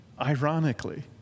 ironically